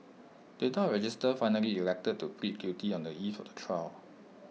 data register finally elected to plead guilty on the eve of the trial